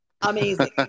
Amazing